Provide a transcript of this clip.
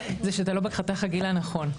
זה שאתה לא בחתך הגיל הנכון.